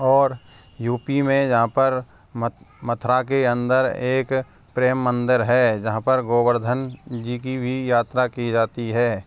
और U P में जहाँ पर मथुरा के अंदर एक प्रेम मंदिर है जहाँ पर गोवर्धन जी की भी यात्रा की जाती है